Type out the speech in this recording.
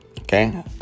okay